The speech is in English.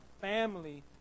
family